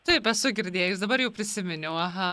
taip esu girdėjus dabar jau prisiminiau aha